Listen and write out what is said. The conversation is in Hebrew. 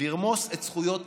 לרמוס את זכויות